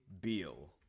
Beal